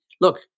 Look